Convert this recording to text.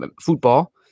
football